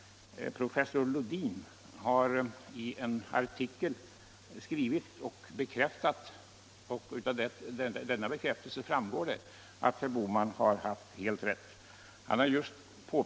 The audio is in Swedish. Professor Lodin har i en artikel skrivit en bekräftelse, av vilken framgår att herr Bohman har haft helt rätt.